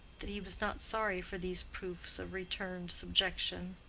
that he was not sorry for these proofs of returned subjection.